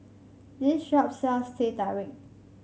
this shop sells Teh Tarik